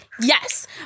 Yes